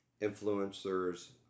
influencers